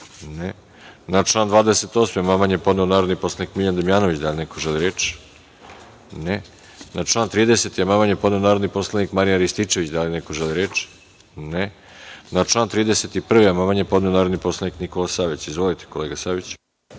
(Ne.)Na član 28. amandman je podneo narodni poslanik Miljan Damjanović. Da li neko želi reč? (Ne.)Na član 30. amandman je podne narodni poslanik Marijan Rističević. Da li neko želi reč? (Ne.)Na član 31. amandman je podneo narodni poslanik Nikola Savić. Izvolite kolega Saviću.